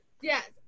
Yes